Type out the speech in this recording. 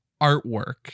artwork